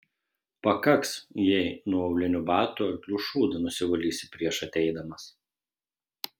pakaks jei nuo aulinių batų arklių šūdą nusivalysi prieš ateidamas